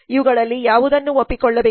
ಇವುಗಳಲ್ಲಿ ಯಾವುದನ್ನು ಒಪ್ಪಿಕೊಳ್ಳಬೇಕು